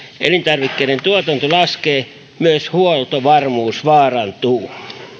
elintarvikkeiden tuotanto laskee myös huoltovarmuus vaarantuu